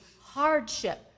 hardship